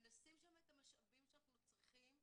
ונשים שם את המשאבים שאנחנו צריכים אנחנו,